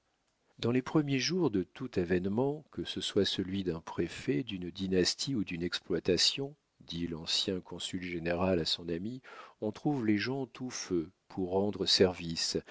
dans les premiers jours de tout avénement que ce soit celui d'un préfet d'une dynastie ou d'une exploitation dit l'ancien consul général à son amie on trouve les gens tout feu pour rendre service